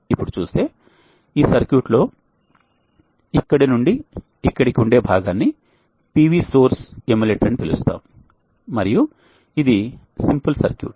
ఇప్పుడు చూస్తే ఈ సర్క్యూట్ లో ఇక్కడి నుండి ఇక్కడికి ఉండే భాగాన్ని PV సోర్స్ ఎమ్యులేటర్ అని పిలుస్తాము మరియు ఇది సింపుల్ సర్క్యూట్